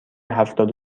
هفتاد